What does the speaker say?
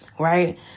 Right